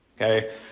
Okay